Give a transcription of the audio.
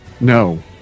no